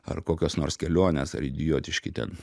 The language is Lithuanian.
ar kokios nors kelionės ar idiotiški ten